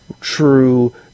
true